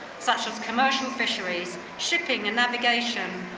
such as commercial fisheries, shipping and navigation,